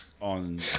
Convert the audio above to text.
on